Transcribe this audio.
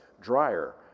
drier